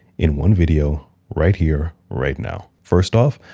in one video, right here, right now. first off,